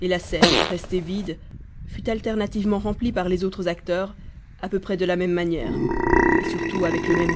la scène restée vide fut alternativement remplie par les autres acteurs à peu près de la même manière surtout avec le même